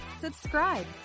subscribe